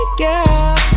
girl